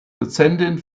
dozentin